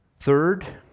Third